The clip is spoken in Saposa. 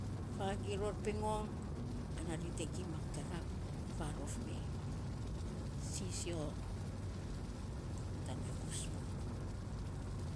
fagirr ror pengong ana ri te gima kirap farof me. sisio tana.